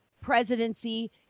presidency